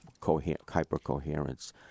hypercoherence